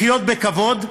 לחיות בכבוד,